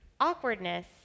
Awkwardness